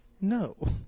No